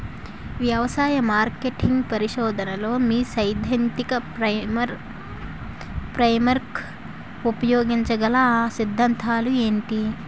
వ్యవసాయ మార్కెటింగ్ పరిశోధనలో మీ సైదాంతిక ఫ్రేమ్వర్క్ ఉపయోగించగల అ సిద్ధాంతాలు ఏంటి?